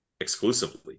exclusively